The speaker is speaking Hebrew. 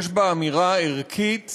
יש בה אמירה ערכית